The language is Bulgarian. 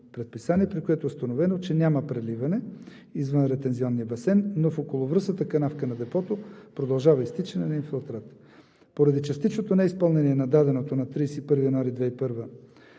предписание, при което е установено, че няма преливане извън ретензионния басейн, но в околовръстната канавка на депото продължава изтичане на инфилтрат. Поради частичното неизпълнение на даденото на 31 януари 2021